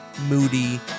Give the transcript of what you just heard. moody